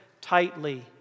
tightly